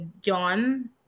John